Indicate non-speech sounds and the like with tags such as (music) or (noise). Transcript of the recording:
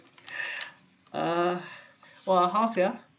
(breath) uh !wah! how's ya